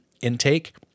intake